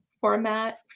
format